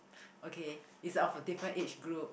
okay it's of our different age group